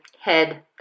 Head